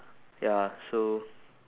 ya so